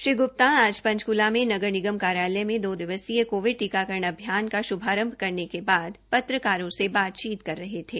श्री ग्रुप्ता आज पंचकूला में नगर निगम कार्यालय में दो दिवसीय कोविड टीकाकरण अभियान का शुभारम्भ करने के उपरान्त पत्रकारों से बाचतीच कर रहे थे